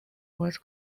was